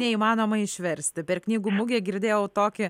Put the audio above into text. neįmanoma išversti per knygų mugę girdėjau tokį